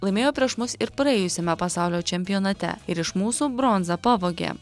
laimėjo prieš mus ir praėjusiame pasaulio čempionate ir iš mūsų bronzą pavogė